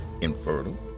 infertile